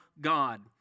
God